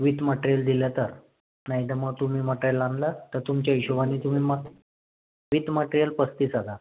with material दिलं तर नाही तर मग तुम्ही मटेरियल आणलं तर तुमच्या हिशोबानी तुम्ही मग विथ मटेरियल पस्तीस हजार